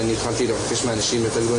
אני מבקשת את התייחסות כל הגורמים